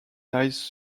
dies